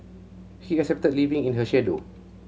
he accepted living in her shadow